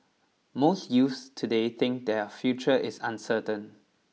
most youths today think their future is uncertain